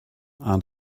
and